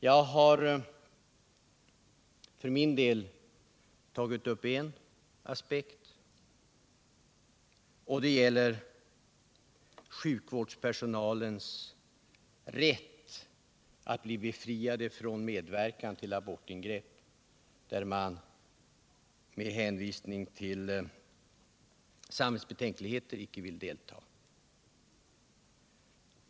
Jag har för min del tagit upp frågan om sjukvårdspersonalens rätt att bli befriad från medverkan vid abortingrepp, när den med hänvisning till samvetsbetänkligheter inte vill delta.